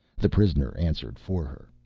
the prisoner answered for her.